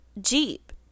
Jeep